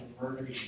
murder